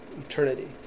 eternity